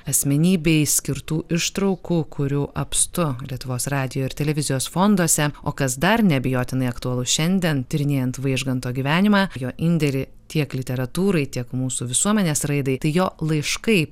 asmenybei skirtų ištraukų kurių apstu lietuvos radijo ir televizijos fonduose o kas dar neabejotinai aktualus šiandien tyrinėjant vaižganto gyvenimą jo indėlį tiek literatūrai tiek mūsų visuomenės raidai tai jo laiškai